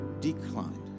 declined